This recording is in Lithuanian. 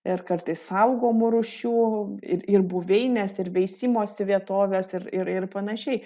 ir kartais saugomų rūšių ir ir buveinės ir veisimosi vietovės ir ir ir panašiai